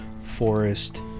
forest